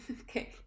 Okay